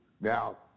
Now